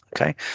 Okay